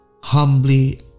humbly